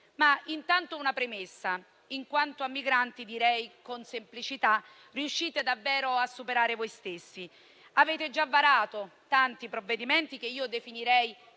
Intanto una premessa: in quanto a migranti, direi con semplicità che riuscite davvero a superare voi stessi. Avete già varato tanti provvedimenti che io definirei